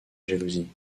jalousie